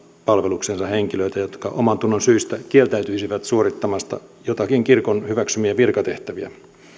palvelukseensa henkilöitä jotka omantunnonsyistä kieltäytyisivät suorittamasta joitakin kirkon hyväksymiä virkatehtäviä